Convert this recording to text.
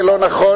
זה לא נכון,